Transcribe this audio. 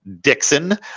dixon